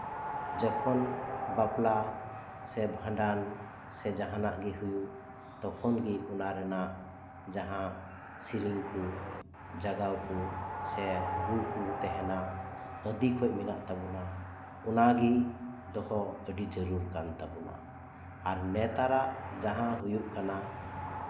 ᱡᱚᱠᱷᱚᱱ ᱵᱟᱯᱞᱟ ᱥᱮ ᱵᱷᱸᱰᱟᱱ ᱡᱟᱦᱟᱸᱱᱟᱜ ᱜᱮ ᱦᱩᱭᱩᱜ ᱛᱚᱠᱷᱚᱱ ᱜᱮ ᱚᱱᱟ ᱨᱮᱱᱟᱜ ᱡᱟᱦᱟᱸ ᱥᱤᱨᱤᱧ ᱠᱩ ᱡᱟᱜᱟᱣ ᱠᱩ ᱥᱮ ᱨᱩ ᱠᱩ ᱛᱟᱦᱮᱸᱱᱟ ᱟᱹᱫᱤ ᱠᱷᱚᱡ ᱢᱮᱱᱟᱜ ᱛᱟᱵᱚᱱᱟ ᱚᱱᱟ ᱜᱮ ᱫᱚᱦᱚ ᱟᱹᱰᱤ ᱡᱟᱹᱨᱩᱲ ᱠᱟᱱ ᱛᱟᱵᱚᱱᱟ ᱟᱨ ᱱᱮᱛᱟᱨᱟᱜ ᱡᱟᱦᱟᱸ ᱦᱩᱭᱩᱜ ᱠᱟᱱᱟ